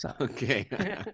Okay